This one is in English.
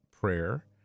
prayer